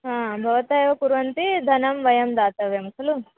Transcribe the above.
हा भवन्तः एव कुर्वन्ति धनं वयं दातव्यं खलु